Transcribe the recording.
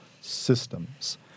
systems